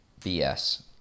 BS